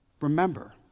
Remember